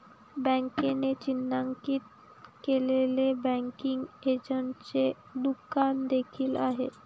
बँकेने चिन्हांकित केलेले बँकिंग एजंटचे दुकान देखील आहे